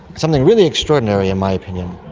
something really extraordinary in my opinion.